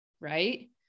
right